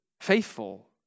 Faithful